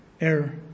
Error